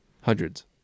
hundreds